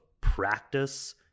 practice